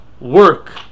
work